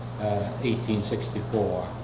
1864